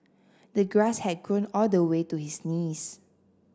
the grass had grown all the way to his knees